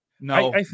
No